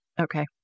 Okay